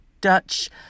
Dutch